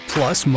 Plus